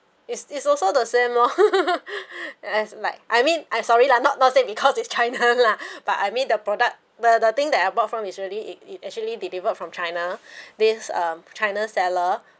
it's it's also the same lor as like I mean[ah] sorry lah not not say because is china lah but I mean the product the the thing that I bought from it's really it it actually delivered from china this um china seller